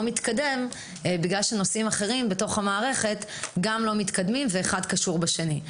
מתקדם בגלל שנושאים אחרים בתוך המערכת גם לא מתקדמים ואחד קשור בשני.